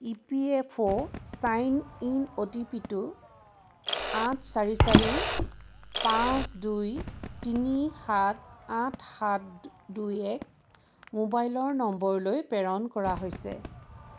ই P F অ' sign in অ'টিপিটো আঠ চাৰি চাৰি পাঁচ দুই তিনি সাত আঠ সাত দুই এক ম'বাইলৰ নম্বৰলৈ প্ৰেৰণ কৰা হৈছে